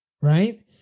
right